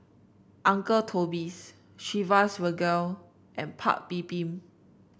Uncle Toby's Chivas Regal and Paik's Bibim